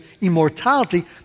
immortality